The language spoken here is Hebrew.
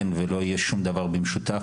אין ולא יהיה שום דבר במשותף,